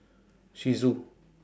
shih tzu